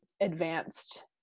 advanced